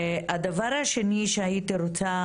הדבר השני שהייתי רוצה,